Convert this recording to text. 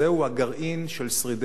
אדוני היושב-ראש,